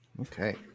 Okay